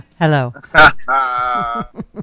Hello